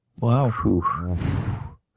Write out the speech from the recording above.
Wow